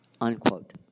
unquote